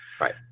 Right